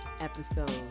episode